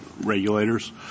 regulators